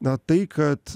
na tai kad